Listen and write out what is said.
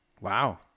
Wow